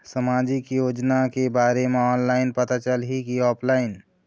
सामाजिक योजना के बारे मा ऑनलाइन पता चलही की ऑफलाइन?